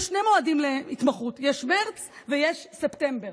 יש שני מועדים להתמחות: יש מרץ ויש ספטמבר.